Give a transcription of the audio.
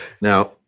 Now